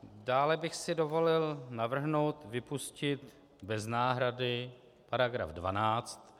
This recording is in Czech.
Dále bych si dovolil navrhnout vypustit bez náhrady § 12.